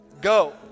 go